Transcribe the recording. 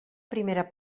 primera